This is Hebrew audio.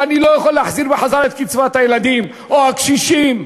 ואני לא יכול להחזיר את קצבאות הילדים או הקשישים?